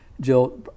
Jill